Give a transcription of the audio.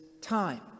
time